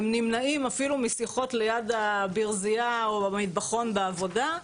הם נמנעים אפילו משיחות ליד הברזייה או במטבחון בעבודה,